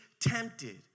tempted